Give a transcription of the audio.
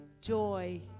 joy